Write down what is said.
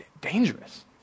dangerous